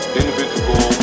individual